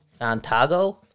Fantago